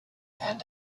and